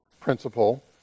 principle